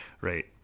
Right